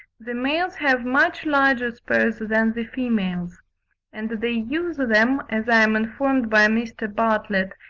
the males have much larger spurs than the females and they use them, as i am informed by mr. bartlett,